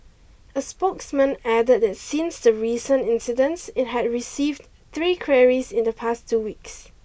A spokesman added that since the recent incidents it has received three queries in the past two weeks